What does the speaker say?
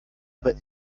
aber